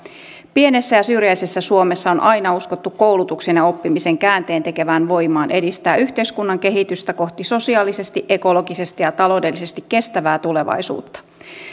pienessä ja syrjäisessä suomessa on aina uskottu koulutuksen ja oppimisen käänteentekevään voimaan edistää yhteiskunnan kehitystä kohti sosiaalisesti ekologisesti ja taloudellisesti kestävää tulevaisuutta